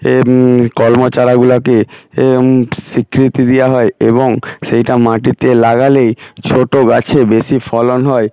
এ কলম চারাগুলাকে এ স্বীকৃতি দিয়া হয় এবং সেইটা মাটিতে লাগালেই ছোটো গাছে বেশি ফলন হয়